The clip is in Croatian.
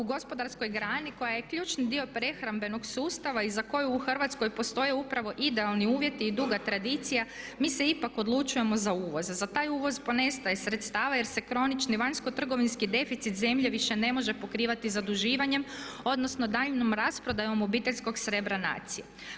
U gospodarskoj grani koja je ključni dio prehrambenog sustava i za koju u Hrvatskoj postoje upravo idealni uvjeti i duga tradicija mi se ipak odlučujemo za uvoz, za taj uvoz ponestaje sredstava jer se kronični vanjsko trgovinski deficit zemlje više ne može pokrivati zaduživanjem odnosno daljnjom rasprodajom obiteljskog srebra nacije.